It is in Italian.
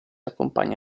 accompagna